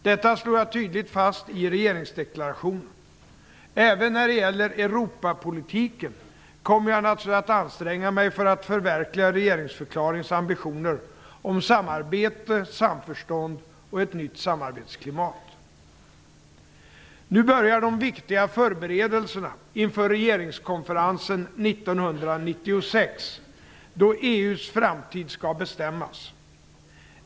Detta slår jag tydligt fast i regeringsdeklarationen. Även när det gäller Europapolitiken kommer jag naturligtvis att anstränga mig för att förverkliga regeringsförklaringens ambitioner om samarbete, samförstånd och ett nytt samarbetsklimat. Nu börjar de viktiga förberedelserna inför regeringskonferensen 1996, då EU:s framtid skall bestämmas.